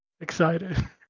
excited